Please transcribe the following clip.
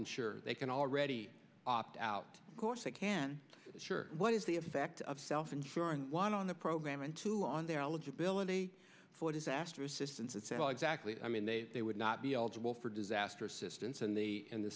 insure they can already opt out of course they can sure what is the effect of self insurance one on the program and two on their eligibility for disaster assistance and say well exactly i mean they they would not be eligible for disaster assistance and they and the